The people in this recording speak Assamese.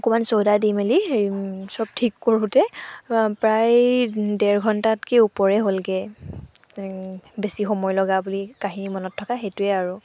অকণমান চ'দা দি মেলি হেৰি চব ঠিক কৰোঁতে প্ৰায় দেৰ ঘণ্টাতকৈ ওপৰে হ'লগৈ বেছি সময় লগা বুলি কাহিনী মনত থকা সেইটোৱে আৰু